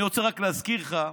אני רוצה רק להזכיר לך,